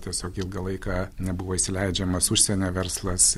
tiesiog ilgą laiką nebuvo įsileidžiamas užsienio verslas